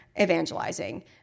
evangelizing